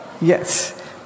Yes